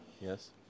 Yes